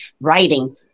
writing